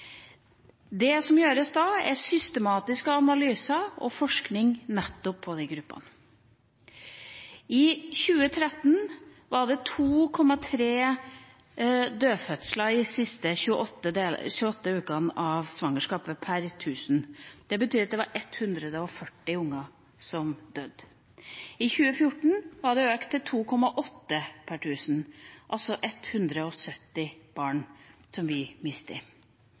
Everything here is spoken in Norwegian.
Det som gjøres da, er systematiske analyser og forskning nettopp på de gruppene. I 2013 var det 2,3 dødfødsler de siste 28 ukene av svangerskapet per 1 000. Det betyr at det var 140 unger som døde. I 2014 var det økt til 2,8 per 1 000, altså 170 barn som vi